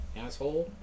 asshole